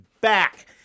back